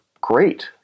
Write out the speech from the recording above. great